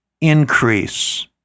increase